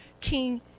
King